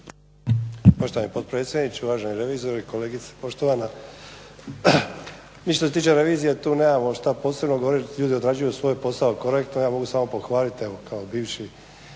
Poštovani potpredsjedniče, uvaženi revizore i kolegice poštovana. Mi što se tiče revizije tu nemamo šta posebno govoriti, ljudi odrađuju svoj posao korektno, ja ga mogu samo pohvaliti evo kao bivši